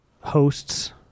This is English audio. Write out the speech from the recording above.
hosts